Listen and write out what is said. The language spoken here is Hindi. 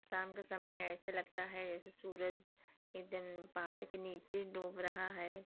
शाम के समय ऐसे लगता है जैसे सूरज़ एकदम पहाड़ के नीचे डूब रहा है